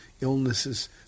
illnesses